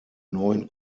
neuen